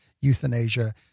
euthanasia